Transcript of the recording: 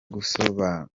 gusohora